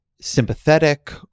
sympathetic